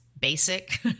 basic